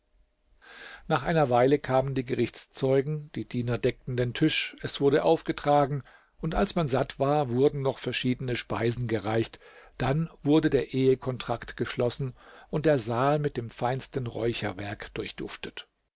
nach einer weile kamen die gerichtszeugen die diener deckten den tisch es wurde aufgetragen und als man satt war wurden noch verschiedene speisen gereicht dann wurde der ehekontrakt geschlossen und der saal mit dem feinsten räucherwerk